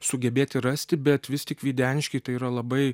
sugebėti rasti bet vis tik videniškiai tai yra labai